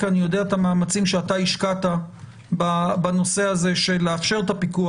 כי אני יודע את המאמצים שאתה השקעת בנושא הזה של לאפשר את הפיקוח